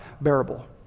bearable